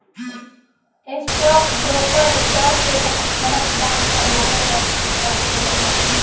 stock broker stock के घटत बढ़त दाम पर नजर राखेलन